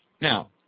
Now